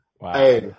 Wow